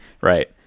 right